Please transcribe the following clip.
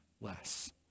less